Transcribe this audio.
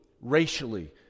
racially